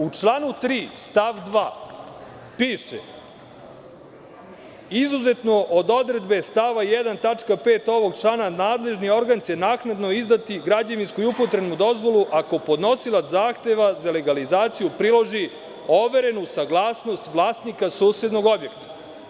Jer, u članu 3. stav 2. piše: „Izuzetno od odredbe stava 1. tačka 5. ovog člana nadležni organ će naknadno izdati građevinsku i upotrebnu dozvolu ako podnosilac zahteva za legalizaciju priloži overenu saglasnost vlasnika susednog objekta“